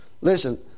Listen